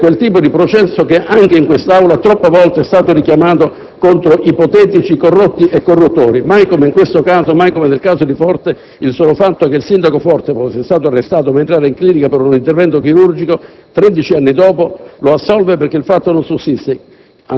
per quel tipo di processo che anche in quest'Aula troppe volte è stato richiamato contro ipotetici corrotti e corruttori. Mai come in questo caso, mai come nel caso del senatore Forte, il solo fatto che il sindaco Forte fosse stato arrestato mentre era ricoverato in clinica per un intervento chirurgico, tredici anni dopo, lo assolve, perché il fatto non sussiste.